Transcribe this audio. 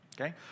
okay